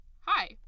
Hi